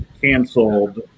canceled